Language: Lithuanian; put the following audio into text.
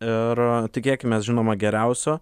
ir tikėkimės žinoma geriausio